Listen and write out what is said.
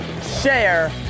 share